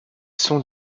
sont